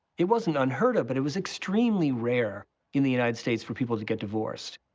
it wasn't unheard of but it was extremely rare in the united states for people to get divorced.